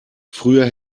früher